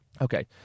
okay